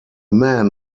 man